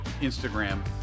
Instagram